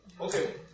Okay